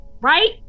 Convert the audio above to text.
right